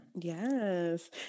Yes